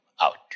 out